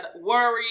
worry